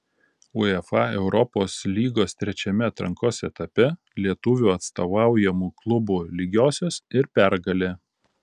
uefa europos lygos trečiame atrankos etape lietuvių atstovaujamų klubų lygiosios ir pergalė